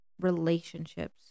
relationships